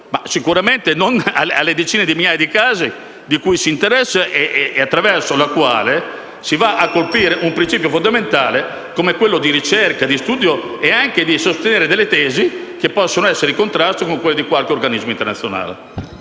ma sicuramente non alle decina di migliaia di casi di cui si interessa e attraverso cui si va a colpire un principio fondamentale come quello di ricerca, di studio e anche il sostegno di tesi che possono essere in contrasto con quelle di qualche organismo internazionale.